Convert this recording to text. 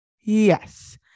Yes